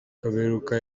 kaberuka